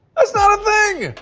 that's not a thing.